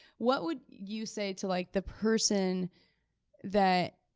what would you say to like the person that,